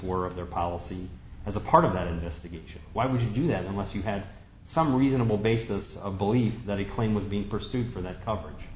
were of their policy as a part of that investigation why would you do that unless you had some reasonable basis of belief that a claim would be pursued for that coverage